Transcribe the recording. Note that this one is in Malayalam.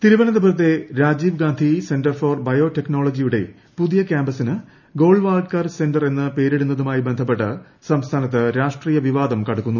ബി തിരുവനന്തപുരത്തെ രാജീവ്ഗാന്ധി സെന്റർ ഫോർ ബയോടെക്നോളജിയുടെ പുതിയ ക്യാമ്പസിന് ഗോൾവാൾക്കർ സെന്റർ എന്ന് പേരിടുന്നതുമായി ബന്ധപ്പെട്ട് സംസ്ഥാനത്ത് രാഷ്ട്രീയ വിവാദം കടുക്കുന്നു